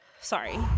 Sorry